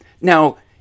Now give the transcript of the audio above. Now